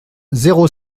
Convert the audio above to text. zéro